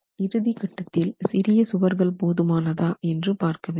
இறுதி கட்டத்தில் சிறிய சுவர்கள் போதுமானதா என்று பார்க்க வேண்டும்